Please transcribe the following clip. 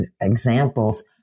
examples